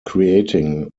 creating